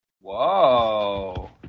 Whoa